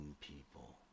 people